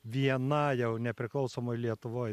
viena jau nepriklausomoj lietuvoj